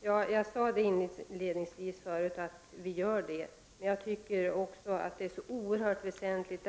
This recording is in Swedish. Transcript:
Herr talman! Jag sade inledningsvis att vi gör det. Men jag tycker att detta är oerhört väsentligt.